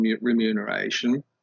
remuneration